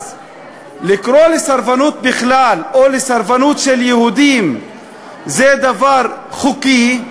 אז לקרוא לסרבנות בכלל או לסרבנות של יהודים זה דבר חוקי,